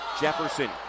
Jefferson